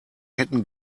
hätten